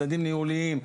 מדדים ניהוליים,